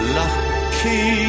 lucky